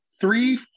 three